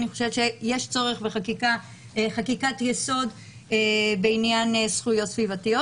אני חושבת שיש צורך בחקיקת יסוד בעניין זכויות סביבתיות.